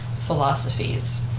philosophies